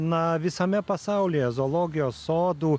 na visame pasaulyje zoologijos sodų